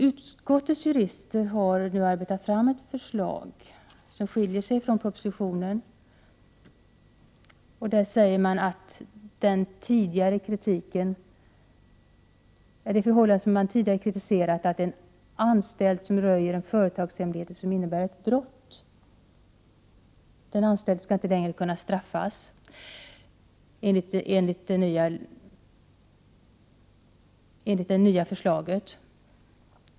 Utskottets jurister har arbetat fram ett förslag som skiljer sig från propositionens kritiserade förslag. Man säger där om det förhållande man tidigare har kritiserat, att en anställd som röjer en företagshemlighet som innebär ett brott inte skall kunna straffas enligt det nya förslaget.